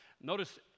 Notice